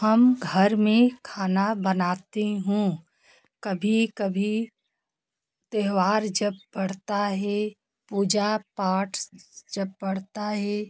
हम घर में खाना बनाती हूँ कभी कभी त्योहार जब पड़ता है पूजापाठ जब पड़ता है